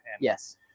yes